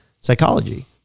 psychology